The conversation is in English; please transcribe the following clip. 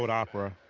but opera.